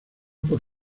por